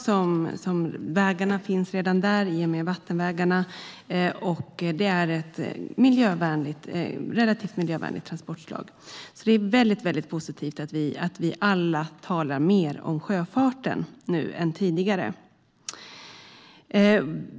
Vattenvägarna finns ju redan där, och det är ett relativt miljövänligt transportslag. Det är alltså väldigt positivt att vi alla talar mer om sjöfarten nu än tidigare.